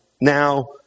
now